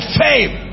fame